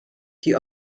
die